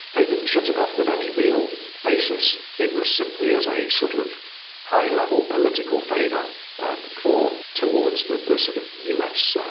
they didn't shut it off with any real basis. it was simply as a sort of high-level political favor um towards the the sort of u s.